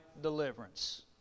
deliverance